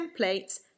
templates